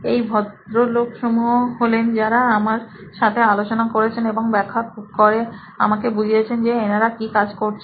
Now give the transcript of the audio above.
এই ভদ্রলোকসমূহ হলেন যারা আমার সাথে আলোচনা করেছেন এবং ব্যাখ্যা করে আমাকে বুঝিয়েছেন যে এনারা কি কাজ করছেন